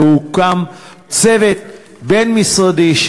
והוקם צוות בין-משרדי,